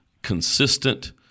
Consistent